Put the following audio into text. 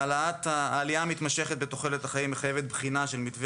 העלייה המתמשכת בתוחלת החיים מחייבת בחינה של מתווה